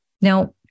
Now